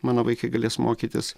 mano vaikai galės mokytis